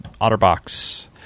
OtterBox